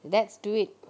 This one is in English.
let's do it